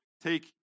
take